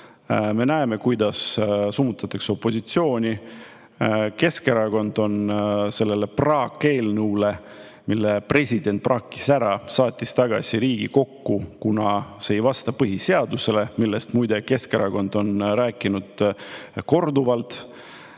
Me näeme, kuidas summutatakse opositsiooni. Keskerakond on selle praakeelnõu [vastu], mille president praakis välja ja saatis tagasi Riigikokku, kuna see ei vasta põhiseadusele – muide, sellest on Keskerakond rääkinud korduvalt.